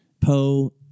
Poe